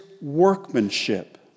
workmanship